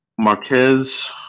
Marquez